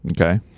Okay